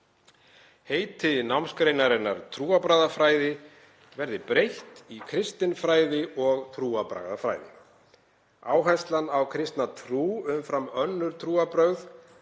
Heiti námsgreinarinnar trúarbragðafræði verði breytt í kristinfræði og trúarbragðafræði. Áherslan á kristna trú umfram önnur trúarbrögð